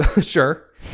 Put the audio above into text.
sure